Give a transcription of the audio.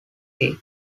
key